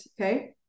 okay